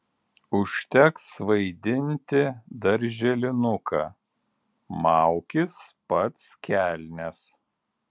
užteks vaidinti darželinuką maukis pats kelnes